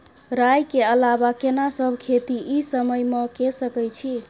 राई के अलावा केना सब खेती इ समय म के सकैछी?